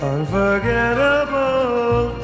Unforgettable